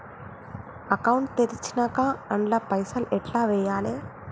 Account తెరిచినాక అండ్ల పైసల్ ఎట్ల వేయాలే?